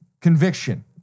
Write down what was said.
Conviction